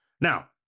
Now